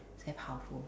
very powerful